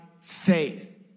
faith